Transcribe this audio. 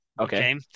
okay